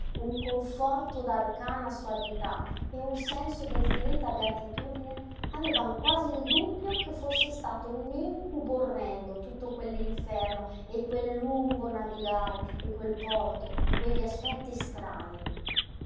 un conforto d'arcana soavità e un senso d'infinita beatitudine avevano quasi il dubbio che fosse stato un incubo orrendo tutto quell'inferno e quel lungo navigare e quel porto e quegli aspetti strani